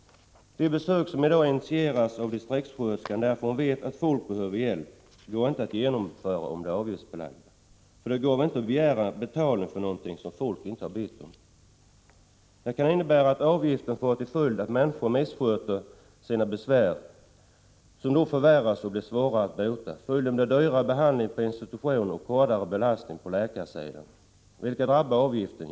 De besök som i dag initieras av distriktssköterskan därför att hon vet att folk behöver hjälp går inte att genomföra om de är avgiftsbelagda — för det går väl inte att begära betalning för något som folk inte bett om? Detta kan innebära att avgiften får till följd att människor missköter sina krämpor, som då förvärras och blir svårare att bota. Följden blir dyrare behandling på institution och hårdare belastning på läkarsidan. Vilka drabbar avgiften?